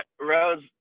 Rose